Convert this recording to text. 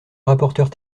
rapporteur